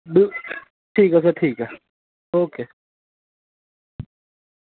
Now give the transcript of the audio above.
ठीक ऐ सर ठीक ऐ ओके